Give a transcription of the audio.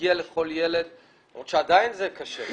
להגיע לכל ילד למרות שעדיין זה קשה.